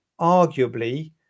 arguably